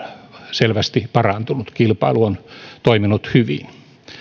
selvästi parantuneet kilpailu on toiminut hyvin